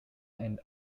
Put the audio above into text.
and